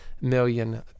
million